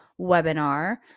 webinar